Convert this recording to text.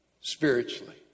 spiritually